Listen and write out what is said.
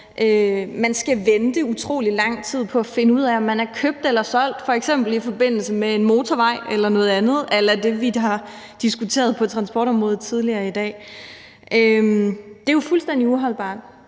man skal vente i utrolig lang tid for at finde ud af, om man er købt eller solgt, f.eks. i forbindelse med en motorvej eller noget andet a la det, vi har diskuteret på transportområdet tidligere i dag. Det er jo fuldstændig uholdbart,